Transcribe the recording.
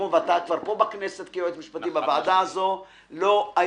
ואתה בכנסת כיועץ משפטי בוועדה הזאת היית